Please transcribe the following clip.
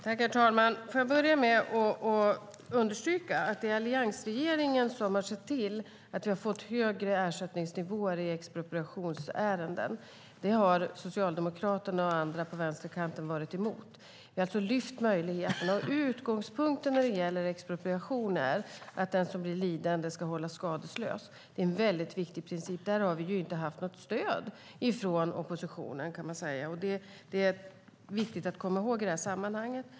Herr talman! Jag vill börja med att understryka att det är alliansregeringen som har sett till att vi har fått högre ersättningsnivåer i expropriationsärenden. Det har Socialdemokraterna och andra på vänsterkanten varit emot. Vi har alltså lyft den möjligheten. Utgångspunkten när det gäller expropriationer, att den som blir lidande ska hållas skadeslös, är en väldigt viktig princip. Där har vi inte haft något stöd från oppositionen, vilket är viktigt att komma ihåg i det här sammanhanget.